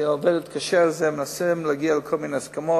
עובדת קשה על זה, ומנסים להגיע לכל מיני הסכמות.